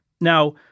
Now